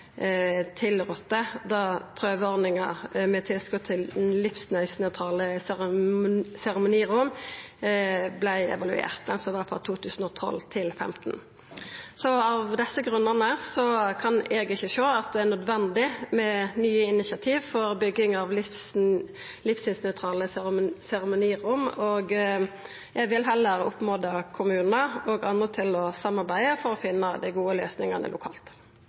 2012 til 2015. Av desse grunnane kan eg ikkje sjå at det er nødvendig med nye initiativ for bygging av livssynsnøytrale seremonirom, og eg vil heller oppmoda kommunar og andre til å samarbeida for å finna dei gode løysingane lokalt.